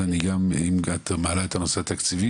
אז אני גם אם את מעלה את הנושא התקציבי,